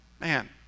Man